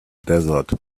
desert